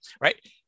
right